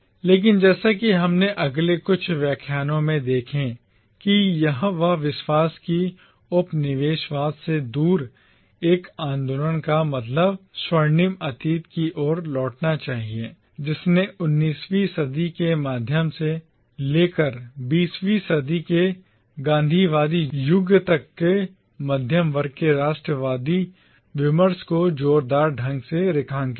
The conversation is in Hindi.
लेकिन जैसा कि हम अपने अगले कुछ व्याख्यानों में देखेंगे कि यह विश्वास कि उपनिवेशवाद से दूर एक आंदोलन का मतलब स्वर्णिम अतीत की ओर लौटना चाहिए जिसने 19 वीं सदी के मध्य से लेकर 20 वीं सदी के गांधीवादी युग तक के मध्यम वर्ग के राष्ट्रवादी विमर्श को जोरदार ढंग से रेखांकित किया